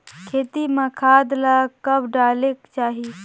खेती म खाद ला कब डालेक चाही?